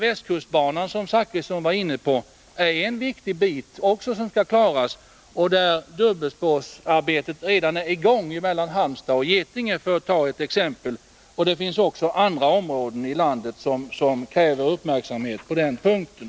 Västkustbanan, som Bertil Zachrisson nämnde, är en viktig bit som skall klaras. Där är dubbelspårsarbetet redan i gång mellan Halmstad och Getinge, för att ta ett exempel. Det finns också andra områden i landet som kräver uppmärksamhet på den punkten.